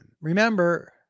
Remember